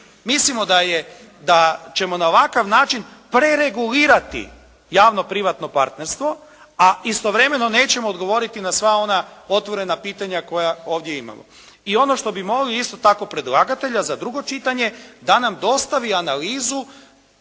Mislimo da je, da ćemo na ovakav način preregulirati javno-privatno partnerstvo, a istovremeno nećemo odgovoriti na sva ona otvorena pitanja koja ovdje imamo. I ono što bi molili isto tako predlagatelja za drugo čitanje, da nam dostavi analizu